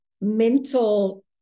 mental